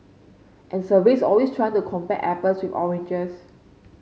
and surveys always try to compare apples with oranges